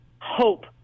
hope